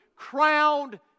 crowned